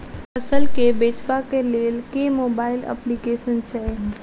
फसल केँ बेचबाक केँ लेल केँ मोबाइल अप्लिकेशन छैय?